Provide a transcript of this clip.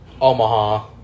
Omaha